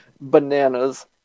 bananas